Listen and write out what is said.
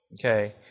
Okay